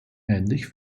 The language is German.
ähnlich